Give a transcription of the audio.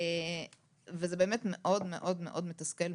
זה באמת מאוד-מאוד מתסכל,